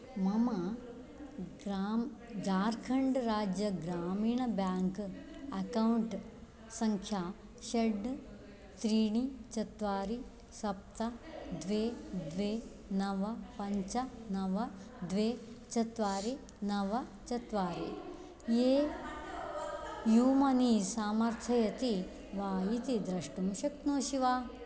मम ग्राम् झार्खण्ड् राज्य ग्रामीण बेङ्क् अकौण्ट् सङ्ख्या षड् त्रीणि चत्वारि सप्त द्वे द्वे नव पञ्च नव द्वे चत्वारि नव चत्वारि ये यूमनी समर्थयति वा इति द्रष्टुं शक्नोषि वा